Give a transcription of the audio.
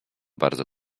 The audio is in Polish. bardzo